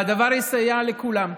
והדבר יסייע לכולם,